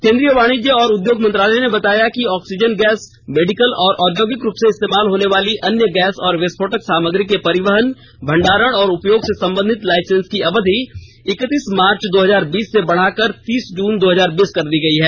केंद्रीय वाणिज्य और उद्योग मंत्रालय ने बताया है कि ऑक्सीजन गैस मेडिकल और औद्योगिक रूप से इस्तेमाल होने वाली अन्य गैस और विस्फोटक सामग्री के परिवहन भंडारण और उपयोग से संबंधित लाइसेंस की अवधि इक्कतीस मार्च दो हजार बीस से बढाकर तीस जून दो हजार बीस कर दी गई है